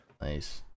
Nice